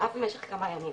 אף למשך כמה ימים,